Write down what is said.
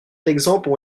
d’exemples